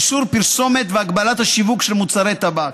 איסור פרסומת והגבלת השיווק של מוצרי טבק.